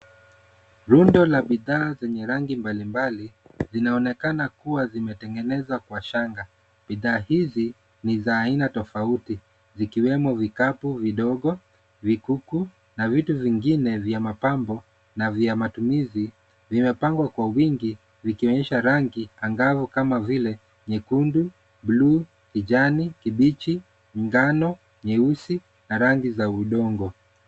Rundo la bidhaa zenye rangi mbali mbali zinaonekana kuwa zimetengeneza kwa shanga. Bidhaa hizi ni za aina tofauti, zikiwemo vikapu vidogo, vikuku na vitu zingine vya mapambo na vya matumizi vimepangwa kwa wingi vikionyesha rangi angavu kama vile nyekundu, bluu, kijani kibichi, ngano, nyeusi na rangi za udongo.